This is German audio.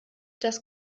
das